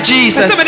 Jesus